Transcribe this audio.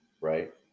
Right